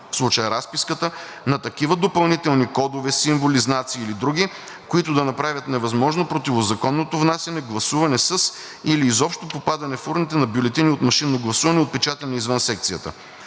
в случая разписката, на такива допълнителни кодове, символи, знаци или други, които да направят невъзможно противозаконното внасяне, гласуване със или изобщо попадане в урните на бюлетини от машинно гласуване, отпечатани извън секцията.